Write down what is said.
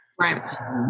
Right